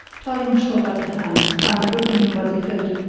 tarling shot out a hand, and gripping him by the coat,